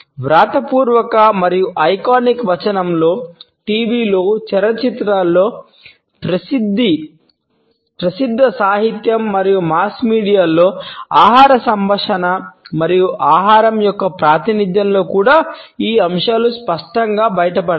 వ్రాతపూర్వక మరియు ఐకానిక్ వచనంలో టీవీలో చలనచిత్రాలలో ప్రసిద్ధ సాహిత్యం మరియు మాస్ మీడియాలో ఆహార సంభాషణ మరియు ఆహారం యొక్క ప్రాతినిధ్యంలో కూడా ఈ అంశాలు స్పష్టంగా బయటపడతాయి